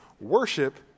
worship